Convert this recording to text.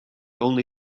only